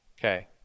Okay